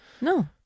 no